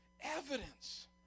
evidence